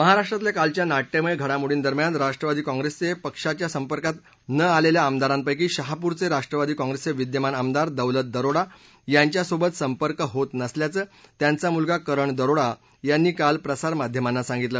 महाराष्ट्रातल्या कालच्या नाशिमय घडामोडींदरम्यान राष्ट्रवादी काँग्रेसचे पक्षाच्या संपर्कात न आलेल्या आमदारांपैकी शहापूरचे राष्ट्रवादी काँग्रेसचे विद्यमान आमदार दौलत दरोडा यांच्यासोबत संपर्क होत नसल्याचं त्यांचा मुलगा करण दरोडा यांनी काल प्रसारमाध्यमांना सांगितलं